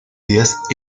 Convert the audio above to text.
días